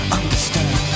understand